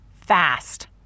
fast